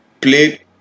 played